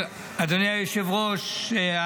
אדוני היושב-ראש,